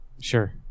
sure